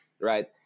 right